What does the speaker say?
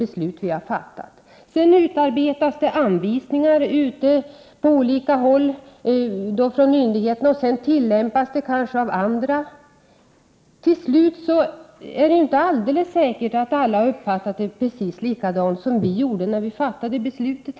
Sedan utarbetar olika myndigheter anvisningar som kanske tillämpas av andra myndigheter. Till sist är det ju inte alldeles säkert att alla gör samma bedömning som vi gjorde vid beslutstillfället här i riksdagen.